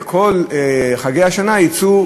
וכל חגי השנה יצאו,